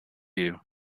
you